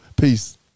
Peace